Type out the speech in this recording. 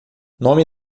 nome